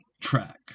track